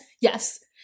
yes